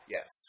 Yes